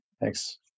Thanks